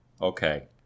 Okay